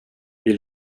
vill